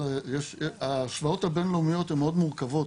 ההשוואות הבינלאומיות הן מאוד מורכבות,